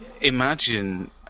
imagine